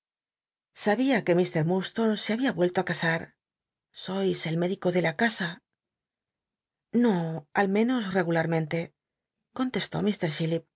sabia que i r mmdstonc se había vuello fi casae sois el médico de la casa no al menos rcgulaementc contestó